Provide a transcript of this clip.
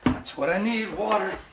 that's what i need water.